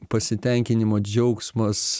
pasitenkinimo džiaugsmas